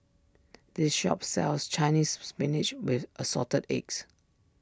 this shop sells Chinese Spinach with Assorted Eggs